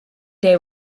day